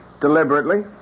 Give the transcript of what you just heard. deliberately